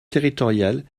territorial